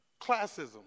classism